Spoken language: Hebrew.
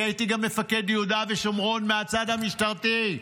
כי הייתי גם מפקד יהודה ושומרון מהצד המשטרתי.